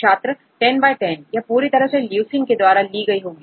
छात्र 1010 यह पूरी तरह से leucine के द्वारा ली गई होगी